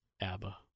ABBA